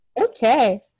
Okay